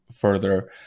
further